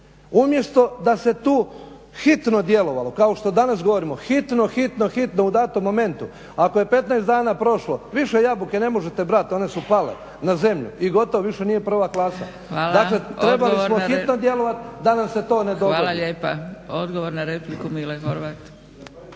Umjesto da se tu hitno djelovalo kao što danas govorimo, hitno, hitno, hitno u datom momentu, ako je 15 dana prošlo, više jabuke ne možete brati, one su pale na zemlju i gotovo, više nije prva klasa. Dakle, trebali smo hitno djelovati da nam se to ne dogodi. **Zgrebec, Dragica (SDP)** Hvala lijepa. Odgovor na repliku Mile Horvat.